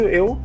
eu